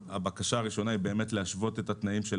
הבקשה הראשונה היא להשוות את התנאים של